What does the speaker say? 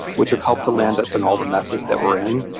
which have helped to land us in all the messes that we're in.